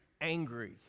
angry